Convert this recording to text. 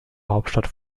hauptstadt